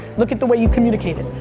look at the way you communicated.